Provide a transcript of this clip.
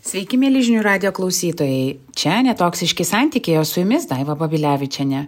sveiki mieli žinių radijo klausytojai čia ne toksiški santykiai o su jumis daiva babilevičienė